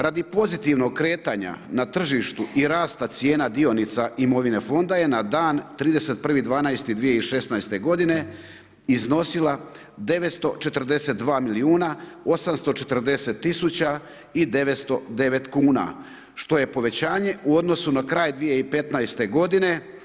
Radi pozitivnog kretanja na tržištu i rasta cijena dionica imovina Fonda je na dan 31.12.2016. godine iznosila 942 milijuna 840 tisuća i 909 kuna, što je povećanje u odnosu na kraj 2015. godine.